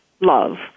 love